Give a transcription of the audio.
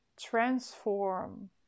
transform